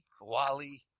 Wally